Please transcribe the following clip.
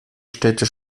städte